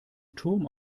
turm